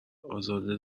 ازاده